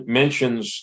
mentions